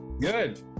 Good